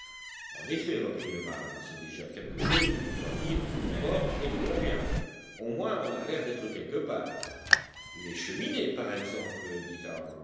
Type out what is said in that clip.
en effet reprit le marin c'est déjà quelque chose de pouvoir dire où l'on va et d'où l'on vient au moins on a l'air d'être quelque part les cheminées par exemple